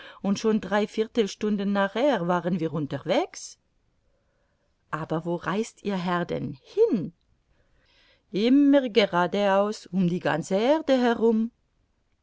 und schon dreiviertel stunden nachher waren wir unterwegs aber wo reist ihr herr denn hin immer gerade aus um